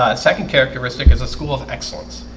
ah second characteristic is a school of excellence